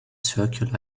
circular